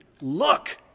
look